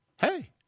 hey